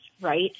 right